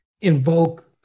invoke